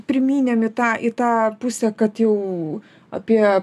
primynėm į tą į tą pusę kad jau apie